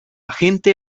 gente